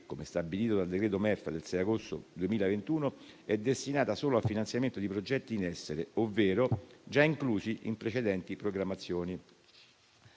e delle finanze del 6 agosto 2021 - è destinata solo al finanziamento di progetti in essere, ovvero già inclusi in precedenti programmazioni.